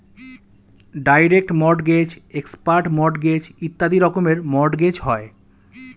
direct mortgage, expert mortgage ইত্যাদি রকমের mortgage হয়